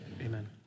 Amen